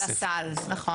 לסל, נכון.